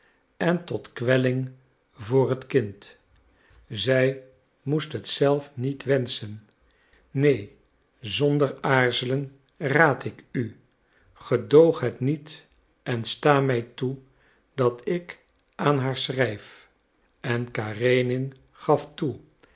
en tot kwelling voor het kind zij moest het zelf niet wenschen neen zonder aarzelen raad ik u gedoog het niet en sta mij toe dat ik aan haar schrijf en karenin gaf toe